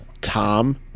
Tom